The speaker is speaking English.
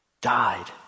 died